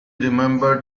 remembered